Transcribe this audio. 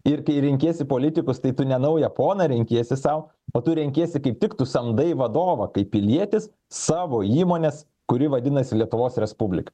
ir kai renkiesi politikus tai tu ne naują poną renkiesi sau o tu renkiesi kaip tik tu samdai vadovą kaip pilietis savo įmonės kuri vadinasi lietuvos respublika